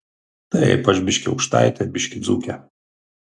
taip aš biškį aukštaitė biškį dzūkė